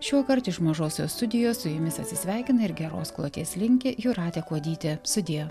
šiuokart iš mažosios studijos su jumis atsisveikina ir geros kloties linki jūratė kuodytė sudie